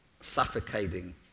suffocating